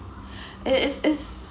it is is